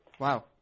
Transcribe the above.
Wow